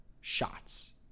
shots